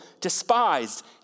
despised